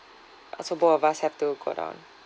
oh so both of us have to go down